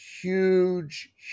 huge